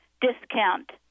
discount